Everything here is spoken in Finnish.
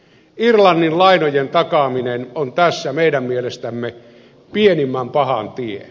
irlannin lainojen takaaminen on tässä meidän mielestämme pienimmän pahan tie